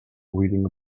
reading